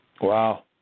Wow